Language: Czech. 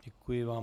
Děkuji vám.